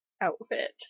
outfit